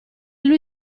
lui